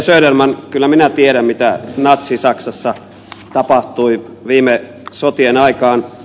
söderman kyllä minä tiedän mitä natsi saksassa tapahtui viime sotien aikaan